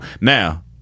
Now